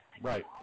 Right